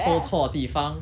抽错地方